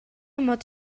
мод